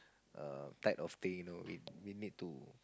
err type of pay you know it we need to